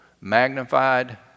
magnified